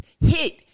Hit